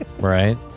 Right